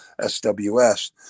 SWS